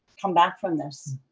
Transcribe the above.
come back from this.